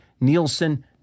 Nielsen